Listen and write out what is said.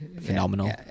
phenomenal